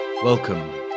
Welcome